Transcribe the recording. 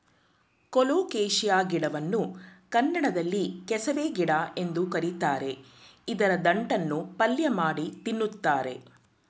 colocasia ಗಿಡವನ್ನು ಕನ್ನಡದಲ್ಲಿ ಕೆಸವೆ ಗಿಡ ಎಂದು ಕರಿತಾರೆ ಇದರ ದಂಟನ್ನು ಪಲ್ಯಮಾಡಿ ತಿನ್ನುತ್ತಾರೆ